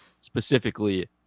specifically